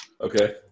Okay